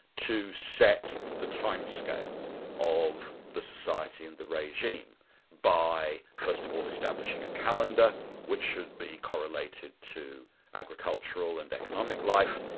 to set the time-scale of the society and the regime by first of all establishing a calendar which should be correlated to agricultural and economic life,